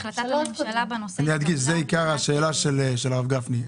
החלטת הממשלה בנושא התקבלה בשנת 2015. זה בעיקר השאלה של הרב גפני,